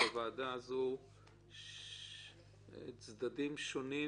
הוועדה הזאת שמעה צדדים שונים